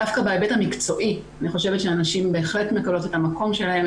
דווקא בהיבט המקצועי אני חושבת שהנשים בהחלט מקבלות את המקום שלהן.